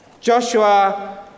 Joshua